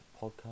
podcast